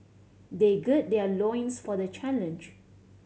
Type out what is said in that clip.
they gird their loins for the challenge